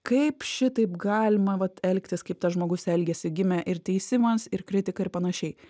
kaip šitaip galima elgtis kaip tas žmogus elgiasi gimė ir teisimas ir kritika ir panašiai